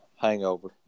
hangover